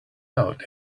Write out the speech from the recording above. out